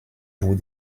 vous